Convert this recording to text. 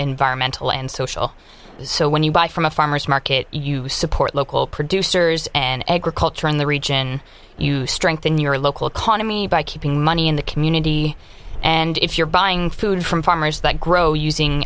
environmental and social so when you buy from a farmer's market you support local producers and agriculture in the region you strengthen your local economy by keeping money in the community and if you're buying food from farmers that grow using